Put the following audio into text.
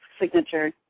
signature